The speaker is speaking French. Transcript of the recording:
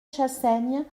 chassaigne